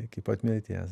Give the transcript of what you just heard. iki pat mirties